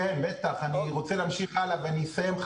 כן, בטח, אני רוצה להמשיך הלאה ואני אסיים.